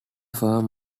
firm